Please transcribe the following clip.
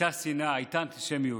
הייתה שנאה, הייתה אנטישמיות.